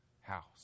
house